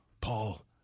paul